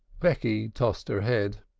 becky tossed her head.